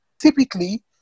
typically